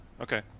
Okay